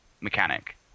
mechanic